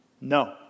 No